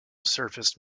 surfaced